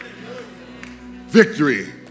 victory